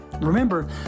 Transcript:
Remember